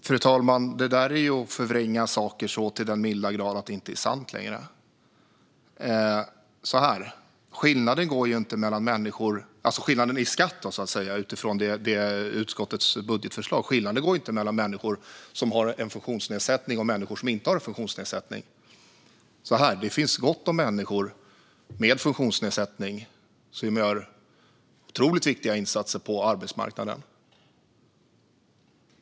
Fru talman! Det där är att förvränga saker så till den milda grad att det inte längre är sant. Skillnaden i skatt, utifrån utskottets budgetförslag, går inte mellan människor som har en funktionsnedsättning och människor som inte har en funktionsnedsättning. Det finns gott om människor med funktionsnedsättning som gör otroligt viktiga insatser på arbetsmarknaden.